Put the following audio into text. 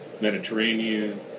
Mediterranean